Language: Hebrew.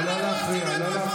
לא עשית כלום, לא עשית